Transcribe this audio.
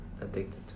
addicted